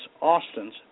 Austin's